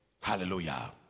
Hallelujah